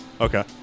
Okay